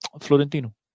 Florentino